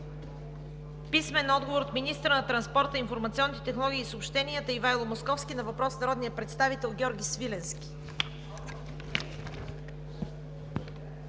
Пенчо Милков; - министъра на транспорта, информационните технологии и съобщенията Ивайло Московски на въпрос от народния представител Георги Свиленски;